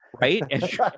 Right